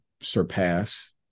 surpass